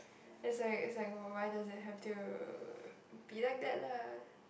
it's like it's like why it have to be like that lah